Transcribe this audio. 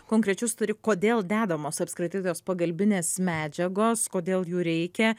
konkrečius turi kodėl dedamos apskritai tos pagalbinės medžiagos kodėl jų reikia